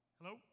Hello